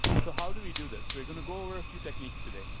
so how do we do this? but going going over a few techniques today.